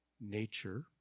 nature